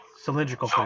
Cylindrical